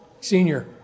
senior